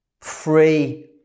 free